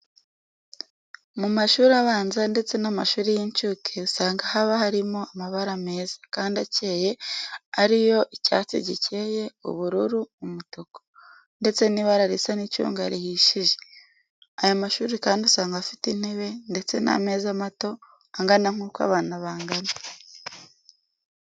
Mu mashuri abanza ndetse n'amashuri y'incuke usanga haba harimo amabara meza kandi akeye ari yo icyatsi gikeye, ubururu, umutuku, ndetse n'ibara risa n'icunga rihishije. Aya mashuri kandi usanga afite intebe, ndetse n'ameza mato angana nk'uko abana bangana.